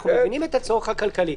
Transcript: אנחנו מבינים את הצורך הכלכלי,